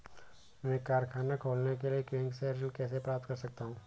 मैं कारखाना खोलने के लिए बैंक से ऋण कैसे प्राप्त कर सकता हूँ?